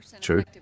True